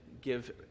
give